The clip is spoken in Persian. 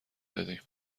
دادیم